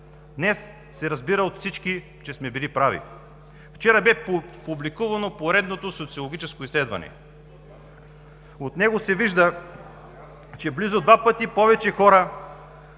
Днес се разбира от всички, че сме били прави. Вчера бе публикувано поредното социологическо изследване. От него се вижда, че близо два пъти повече хора